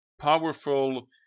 powerful